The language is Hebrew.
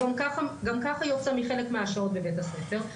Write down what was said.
הוא גם כך יוצא מכתת האם שלו בחלק מהשעות בבית הספר,